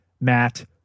matt